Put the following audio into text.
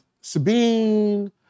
Sabine